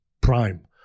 prime